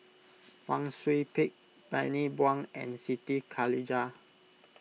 Wang Sui Pick Bani Buang and Siti Khalijah